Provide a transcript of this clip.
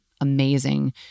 amazing